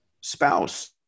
spouse